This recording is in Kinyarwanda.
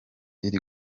iri